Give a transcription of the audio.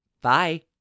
Bye